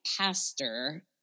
pastor